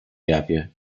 jawie